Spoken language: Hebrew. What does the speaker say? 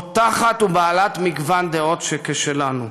בוטחת ובעלת מגוון דעות כשלנו.